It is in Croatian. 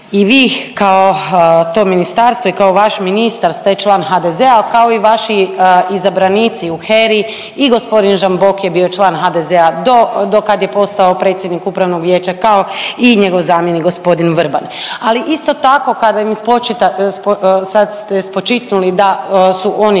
i vi kao to ministarstvo i kao vaš ministar ste član HDZ-a kao i vaši izabranici u HERA-i i gospodin Žamboki je bio član HDZ-a do kad je postao predsjednik Upravnog vijeća kao i njegov zamjenik gospodin Vrban. Ali isto tako kada im spočitate, sad ste spočitnuli da su oni